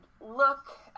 look